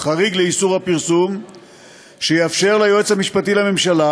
חריג לאיסור הפרסום שיאפשר ליועץ המשפטי לממשלה,